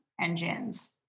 engines